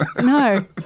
No